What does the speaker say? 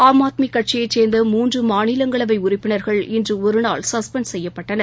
ஆம் ஆத்மி கட்சியைச் சேர்ந்த மூன்றுமாநிலங்களவைஉறுப்பினா்கள் இன்றுஒருநாள் சஸ்பெண்ட் செய்யப்பட்டன்